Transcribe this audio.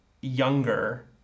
younger